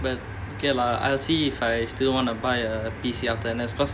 but okay lah I'll see if I still want to buy a a P_C after N_S because